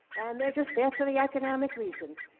and they're just there for the economic reason,